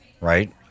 Right